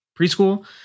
preschool